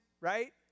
right